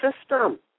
system